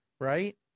Right